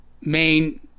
main